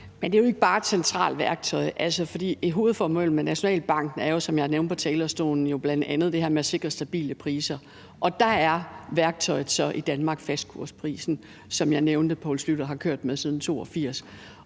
Det er jo ikke bare et centralt værktøj, for hovedformålet med Nationalbanken er jo, som jeg nævnte på talerstolen, bl.a. at sikre stabile priser, og der er værktøjet i Danmark så fastkurspolitikken, som jeg nævnte at der er blevet kørt med, siden